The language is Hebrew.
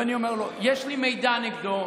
ואני אומר לו: יש לי מידע נגדו,